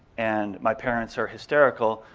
and my parents are hysterical,